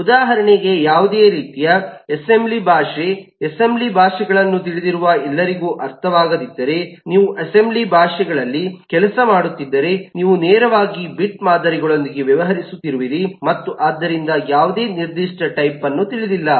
ಉದಾಹರಣೆಗೆ ಯಾವುದೇ ರೀತಿಯ ಅಸೆಂಬ್ಲಿ ಭಾಷೆ ಅಸೆಂಬ್ಲಿ ಭಾಷೆಗಳನ್ನು ತಿಳಿದಿರುವ ಎಲ್ಲರಿಗೂ ಅರ್ಥವಾಗಿದ್ದರೆ ನೀವು ಅಸೆಂಬ್ಲಿ ಭಾಷೆಗಳಲ್ಲಿ ಕೆಲಸ ಮಾಡುತ್ತಿದ್ದರೆ ನೀವು ನೇರವಾಗಿ ಬಿಟ್ ಮಾದರಿಗಳೊಂದಿಗೆ ವ್ಯವಹರಿಸುತ್ತಿರುವಿರಿ ಮತ್ತು ಆದ್ದರಿಂದ ಯಾವುದೇ ನಿರ್ದಿಷ್ಟ ಟೈಪ್ಅನ್ನು ತಿಳಿದಿಲ್ಲ